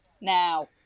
now